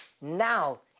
now